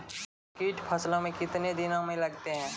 कीट फसलों मे कितने दिनों मे लगते हैं?